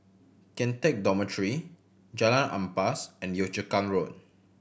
Kian Teck Dormitory Jalan Ampas and Yio Chu Kang Road